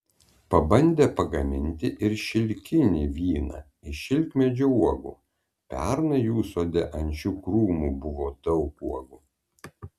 pabandė pagaminti ir šilkinį vyną iš šilkmedžių uogų pernai jų sode ant šių krūmų buvo daug uogų